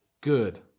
good